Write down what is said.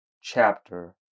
chapter